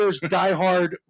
diehard